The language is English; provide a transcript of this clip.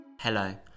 Hello